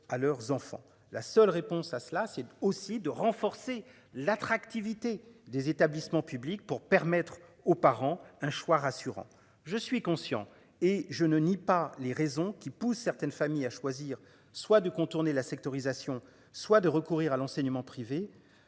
la seule réponse à cela, c'est aussi de renforcer l'attractivité des établissements publics pour permettre aux parents un choix rassurant. Je suis conscient et je ne nie pas les raisons qui poussent certaines familles à choisir soit de contourner la sectorisation soit de recourir à l'enseignement privé,